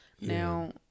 Now